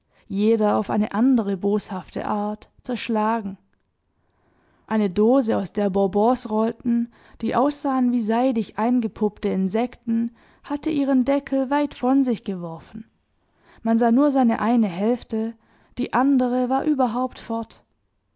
jeder auf eine andere boshafte art zerschlagen eine dose aus der bonbons rollten die aussahen wie seidig eingepuppte insekten hatte ihren deckel weit von sich geworfen man sah nur seine eine hälfte die andere war überhaupt fort